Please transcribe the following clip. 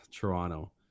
Toronto